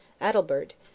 Adalbert